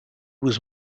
was